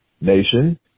nation